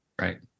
Right